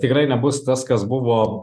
tikrai nebus tas kas buvo